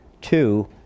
Two